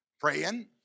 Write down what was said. Praying